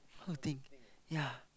how you think ya